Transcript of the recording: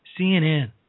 CNN